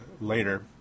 later